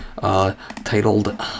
titled